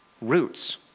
roots